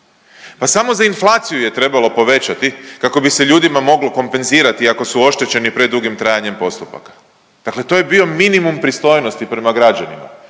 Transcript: Pa samo za inflaciju ju je trebalo povećati kako bi se ljudima moglo kompenzirati ako su oštećeni predugim trajanjem postupaka. Dakle to je bio minimum pristojnosti prema građanima